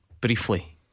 Briefly